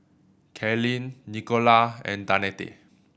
Kaylynn Nicola and Danette